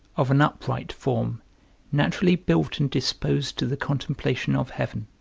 of an upright, form naturally built and disposed to the contemplation of heaven.